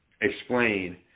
explain